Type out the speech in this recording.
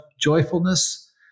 joyfulness